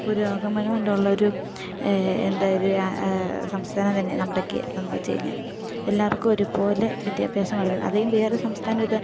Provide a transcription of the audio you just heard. പുരോഗമനം ഉള്ളൊരു എന്താ ഒരു സംസ്ഥാനം തന്നെയാണ് നമ്മുടെ കേരളം എന്ന് വെച്ച് കഴിഞ്ഞാൽ എല്ലാവർക്കും ഒരുപോലെ വിദ്യാഭ്യാസം കൊടുക്കുന്നു അതേ വേറെ സംസ്ഥാനത്തെ